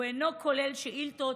הוא אינו כולל שאילתות